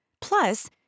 Plus